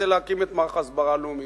היתה להקים את מערך ההסברה הלאומי.